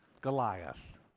Goliath